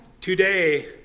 Today